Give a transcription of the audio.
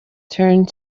turned